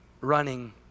running